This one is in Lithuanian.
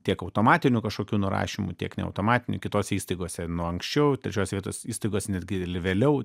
tiek automatiniu kažkokiu nurašymu tiek neautomatiniu kitose įstaigose nuo anksčiau trečios vietos įstaigos netgi li vėliau